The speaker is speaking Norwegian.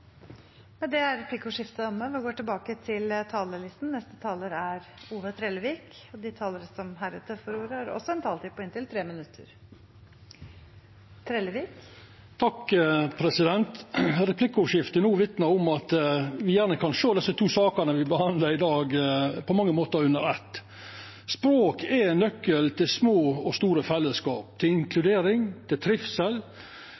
Replikkordskiftet er omme. De talere som heretter får ordet, har også en taletid på inntil 3 minutter. Replikkordskiftet no vitna om at me på mange måtar kan sjå dei to sakene frå kommunalkomiteen me behandlar i dag, under eitt. Språk er nøkkelen til små og store fellesskap, til